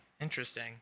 Interesting